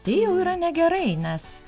tai jau yra negerai nes